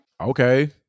okay